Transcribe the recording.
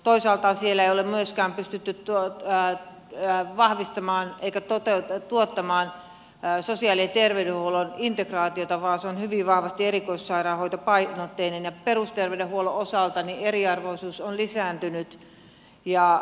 toisaalta siellä ei ole myöskään pystytty vahvistamaan eikä toteuttamaan sosiaali ja terveydenhuollon integraatiota vaan se on hyvin vahvasti erikoissairaanhoitopainotteinen ja perusterveydenhuollon osalta eriarvoisuus on lisääntynyt